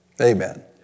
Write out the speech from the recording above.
Amen